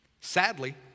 Sadly